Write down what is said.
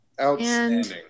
Outstanding